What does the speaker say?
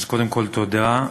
קודם כול, תודה.